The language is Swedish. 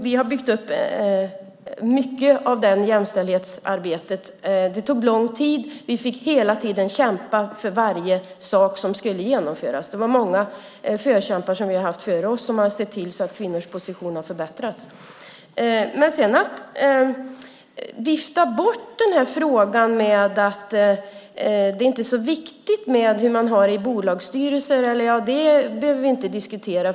Vi har byggt upp mycket av jämställdhetsarbetet. Det tog lång tid. Vi fick hela tiden kämpa för varje sak som skulle genomföras. Vi har haft många förkämpar före oss som har sett till att kvinnors positioner har förbättrats. Frågan viftas bort med att det inte är så viktigt med hur man har det i bolagsstyrelser - det behöver vi inte diskutera.